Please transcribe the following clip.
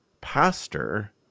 pastor